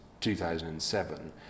2007